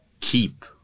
keep